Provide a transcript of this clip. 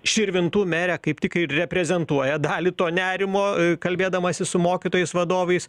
širvintų merė kaip tik ir reprezentuoja dalį to nerimo kalbėdamasis su mokytojais vadovais